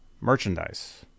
Merchandise